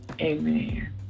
Amen